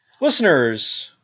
Listeners